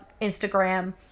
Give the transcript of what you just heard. Instagram